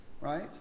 Right